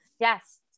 Yes